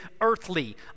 earthly